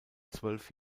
zwölf